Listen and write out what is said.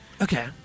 Okay